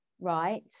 right